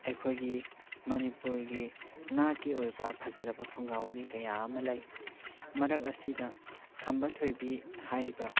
ꯑꯩꯈꯣꯏꯒꯤ ꯃꯅꯤꯄꯨꯔꯒꯤ ꯅꯥꯠꯀꯤ ꯑꯣꯏꯕ ꯐꯖꯔꯕ ꯐꯨꯡꯒꯥ ꯋꯥꯔꯤ ꯀꯌꯥ ꯑꯃ ꯂꯩ ꯃꯔꯛ ꯑꯁꯤꯗ ꯈꯝꯕ ꯊꯣꯏꯕꯤ ꯍꯥꯏꯔꯤꯕ